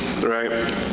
right